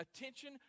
Attention